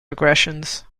regressions